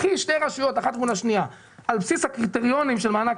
קחי שתי רשויות אחת מול השנייה על בסיס הקריטריונים של מענק